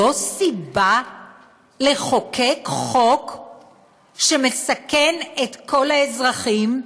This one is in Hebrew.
זו סיבה לחוקק חוק שמסכן את כל האזרחים?